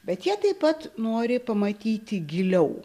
bet jie taip pat nori pamatyti giliau